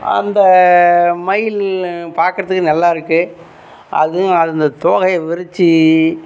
அந்த மயில் பார்க்கறதுக்கு நல்லாயிருக்கு அதுவும் அந்த இந்த தோகையை விரிச்சு